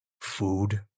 Food